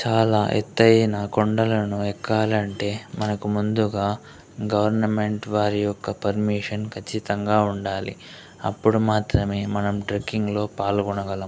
చాలా ఎత్తయిన కొండలను ఎక్కాలంటే మనకు ముందుగా గవర్నమెంట్ వారి యొక్క పర్మిషన్ ఖచ్చితంగా ఉండాలి అప్పుడు మాత్రమే మనం ట్రెకింగ్ లో పాల్గొనగలం